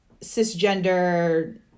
cisgender